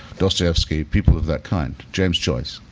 dostoyevsky, people of that kind, james joyce.